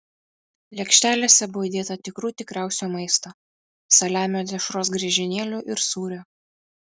lėkštelėse buvo įdėta tikrų tikriausio maisto saliamio dešros griežinėlių ir sūrio